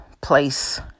place